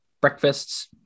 breakfasts